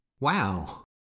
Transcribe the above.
Wow